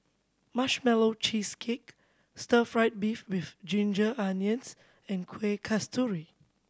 Marshmallow Cheesecake stir fried beef with ginger onions and Kueh Kasturi